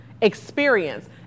experience